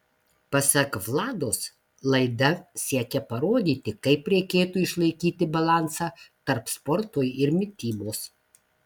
pasak vlados laida siekia parodyti kaip reikėtų išlaikyti balansą tarp sporto ir mitybos